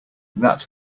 that